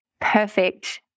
perfect